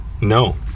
No